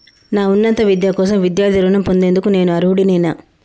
నా ఉన్నత విద్య కోసం విద్యార్థి రుణం పొందేందుకు నేను అర్హుడినేనా?